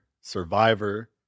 survivor